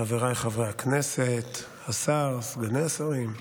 חבריי חברי הכנסת, השר, סגני שרים.